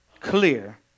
clear